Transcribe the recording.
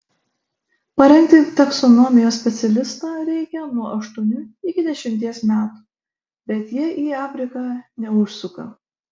parengti taksonomijos specialistą reikia nuo aštuonių iki dešimties metų bet jie į afriką neužsuka